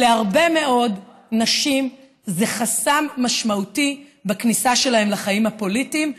להרבה מאוד נשים זה חסם משמעותי בכניסה שלהן לחיים הפוליטיים.